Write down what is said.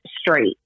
straight